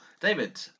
David